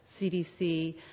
CDC